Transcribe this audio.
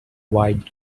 white